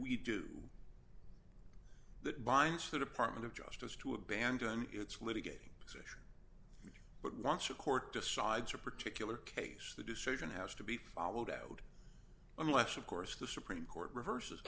we do that binds the department of justice to abandon its litigating city but once a court decides a particular case the decision has to be followed out unless of course the supreme court reverses